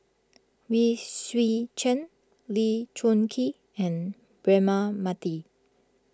Wee Swee Chen Lee Choon Kee and Braema Mathi